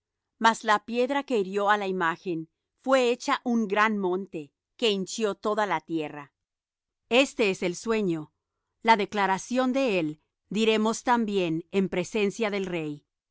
mas la piedra que hirió á la imagen fué hecha un gran monte que hinchió toda la tierra este es el sueño la declaración de él diremos también en presencia del rey